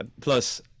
plus